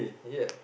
yeah